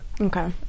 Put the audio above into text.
Okay